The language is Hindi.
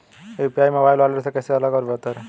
यू.पी.आई मोबाइल वॉलेट से कैसे अलग और बेहतर है?